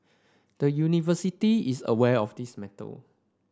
the University is aware of this matter